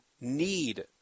need